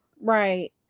Right